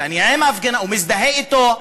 ואני אהיה עם ההפגנה ואני מזדהה אתו,